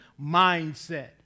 mindset